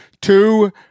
two